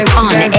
on